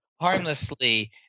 harmlessly